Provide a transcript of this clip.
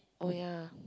oh ya